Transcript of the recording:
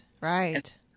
Right